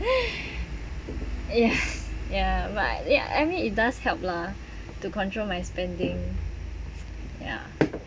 yes ya right ya I mean it does help lah to control my spending ya